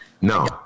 no